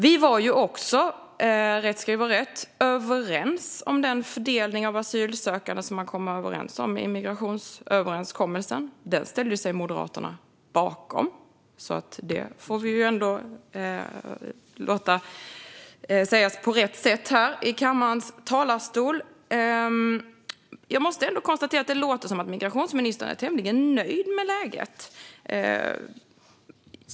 Vi var också - rätt ska vara rätt - ense om den fördelning av asylsökande som man kom överens om i migrationsöverenskommelsen. Den ställde sig Moderaterna bakom. Det ska sägas på rätt sätt här i kammarens talarstol. Det låter som om migrationsministern är tämligen nöjd med läget.